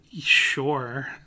Sure